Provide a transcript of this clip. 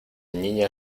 niña